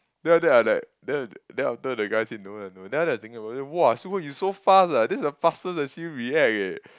then after that I like then then after the guy say no lah no then after that I was thinking about it !wah! Su-Hui you so fast ah this is the fastest I see you react eh